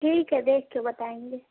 ٹھیک ہے دیکھ کے بتائیں گے